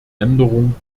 änderung